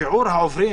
שיעור העוברים